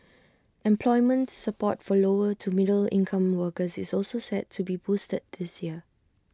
employment support for lower to middle income workers is also set to be boosted this year